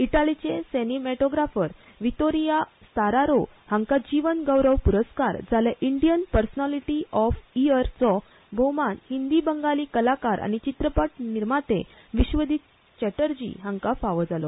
इटालिचो cinematographer Vittorio Storaro हांकां जीवन गौरव पुरस्कार जाल्यार इंडियन पर्सनालिटी ऑफ इयरचो भौमान हिंदी बंगाली कलाकार आनी चित्रपट निर्माते विश्वजीत चॅटर्जी हांकां फावो जालो